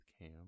Cam